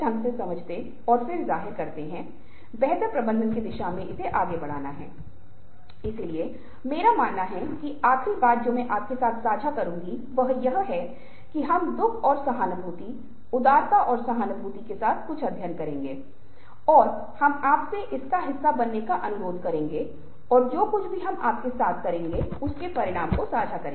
इसके अंत में कृपया याद रखें कि मानवीय पक्ष जो कुछ भी आप कहते हैं या करते है हमें आसानी से चोट लगती है हम आसानी से अपमानित हो जाते हैं हम उपेक्षित महसूस करते हैं और मानव संचार आसान नहीं है आपको सावधान रहने की आवश्यकता है आपको संवेदनशील होने की आवश्यकता है बेहतर संचारक होने के लिए आपको समय के सभी अंकों पर इन बातों को ध्यान में रखना होगा